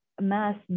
mass